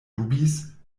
dubis